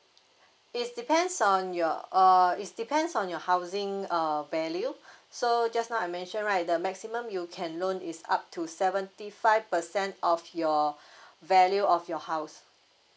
it's depends on your err it's depends on your housing uh value so just now I mentioned right the maximum you can loan is up to seventy five percent of your value of your house